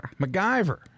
MacGyver